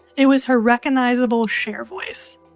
it was her recognizable cher voice